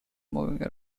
moving